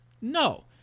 No